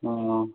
ହଁ